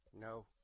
No